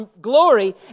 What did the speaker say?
glory